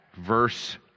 verse